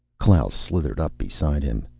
klaus slithered up beside him.